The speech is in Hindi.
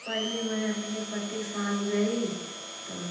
पहले मैं अपने पति के साथ गई तो